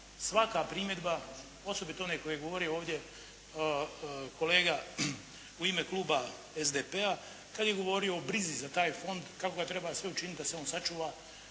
svaka primjedba, osobito onaj koji je govorio ovdje kolega u ime Kluba SDP-a, kada je govorio o brzi za taj Fond, kako treba sve učiniti da se on sačuva,